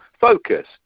focus